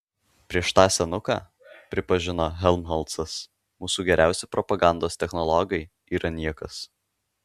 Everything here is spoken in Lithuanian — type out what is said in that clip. prieš tą senuką pripažino helmholcas mūsų geriausi propagandos technologai yra niekas